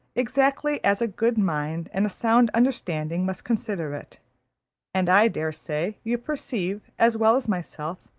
exactly as a good mind and a sound understanding must consider it and i dare say you perceive, as well as myself,